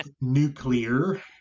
Nuclear